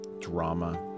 drama